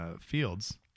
fields